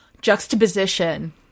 juxtaposition